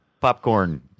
popcorn